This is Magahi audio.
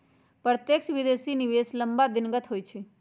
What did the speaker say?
प्रत्यक्ष विदेशी निवेश लम्मा दिनगत होइ छइ